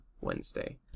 Wednesday